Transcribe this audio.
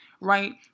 right